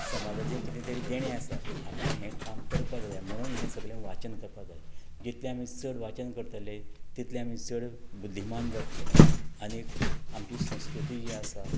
समाजाचें किदें तरी देणें आसा आपणें हें काम करपाक जाय म्हुणून हें सगलें वाचन करपा जाय जितले आमी चड वाचन करतले तितले आमी चड बुध्दिमान जात्ले आनीक आमची संस्कृती जी आसा